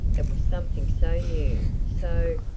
it was something so new, so.